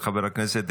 הכנסת,